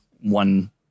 one